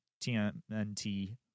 TNT